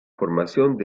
formación